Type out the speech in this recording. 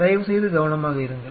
தயவு செய்து கவனமாக இருங்கள்